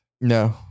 No